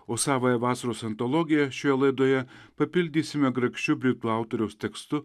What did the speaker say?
o savąją vasaros antologiją šioje laidoje papildysime grakščiu britų autoriaus tekstu